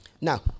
Now